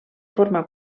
forma